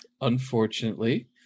Unfortunately